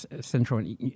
Central